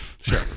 Sure